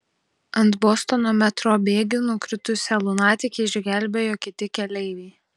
ant bostono metro bėgių nukritusią lunatikę išgelbėjo kiti keleiviai